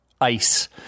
ice